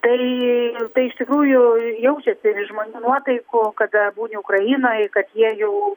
tai tai iš tikrųjų jaučiasi ir iš žmonių nuotaikų kada būni ukrainoj kad jie jau